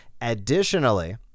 Additionally